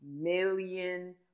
million